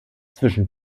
zwischen